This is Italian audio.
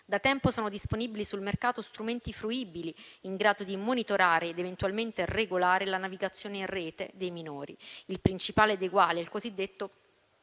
Da tempo sono disponibili sul mercato strumenti fruibili in grado di monitorare ed eventualmente regolare la navigazione in Rete dei minori, il principale dei quali è il cosiddetto